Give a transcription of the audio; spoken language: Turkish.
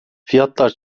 fiyatlar